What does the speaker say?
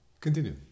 Continue